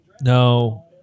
No